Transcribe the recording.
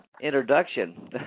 introduction